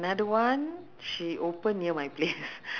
so being a chinese but she took four years you know